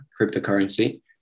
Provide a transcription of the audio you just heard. cryptocurrency